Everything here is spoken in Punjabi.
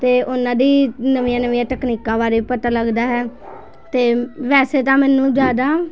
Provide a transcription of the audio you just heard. ਅਤੇ ਉਨ੍ਹਾਂ ਦੀ ਨਵੀਆਂ ਨਵੀਆਂ ਤਕਨੀਕਾਂ ਬਾਰੇ ਪਤਾ ਲੱਗਦਾ ਹੈ ਅਤੇ ਵੇਸੇ ਤਾਂ ਮੈਨੂੰ ਜ਼ਿਆਦਾ